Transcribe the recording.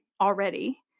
already